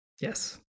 Yes